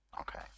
okay